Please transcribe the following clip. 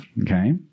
Okay